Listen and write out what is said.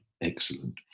excellent